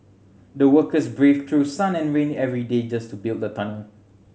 the workers braved through sun and rain every day just to build the tunnel